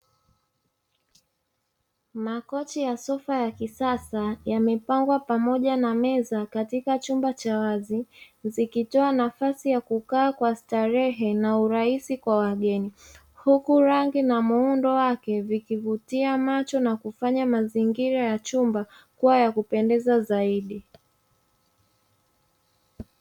Makochi ya sofa ya kisasa yamepangwa pamoja na meza katika chumba cha wazi zikitoa nafasi ya kukaa kwa starehe na urahisi kwa wageni, huku rangi na muundo wake vikivutia macho na kufanya mazingira ya chumba kuwa ya kupendeza zaidi.